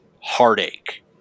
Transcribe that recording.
heartache